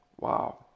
Wow